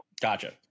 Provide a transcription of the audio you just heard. gotcha